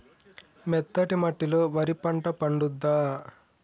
మెత్తటి మట్టిలో వరి పంట పండుద్దా?